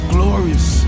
Glorious